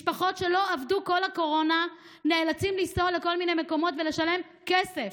משפחות שלא עבדו כל הקורונה נאלצים לנסוע לכל מיני מקומות ולשלם כסף.